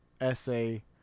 essay